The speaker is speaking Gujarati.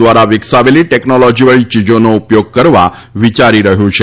દ્વારા વિકસાવેલી ટેકનોલોજીવાળી ચીજોનો ઉપયોગ કરવા વિયારી રહ્યું છે